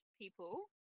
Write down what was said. people